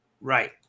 Right